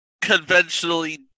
conventionally